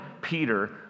Peter